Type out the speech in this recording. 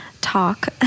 talk